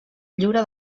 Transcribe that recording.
lliure